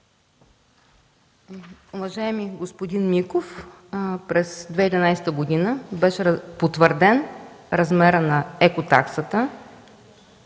Уважаеми господин Миков, през 2011 г. беше потвърден размерът на екотаксата,